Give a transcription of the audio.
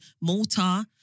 Malta